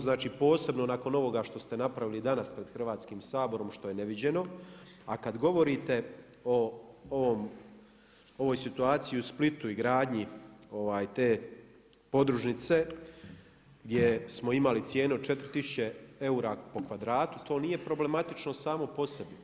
Znači posebno nakon ovoga što ste napravili danas pred Hrvatskim saborom što je neviđeno a kada govorite o ovoj situaciju u Splitu i gradnji te podružnice gdje smo imali cijenu od 4 tisuće eura po kvadratu, to nije problematično samo po sebi.